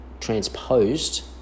transposed